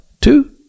two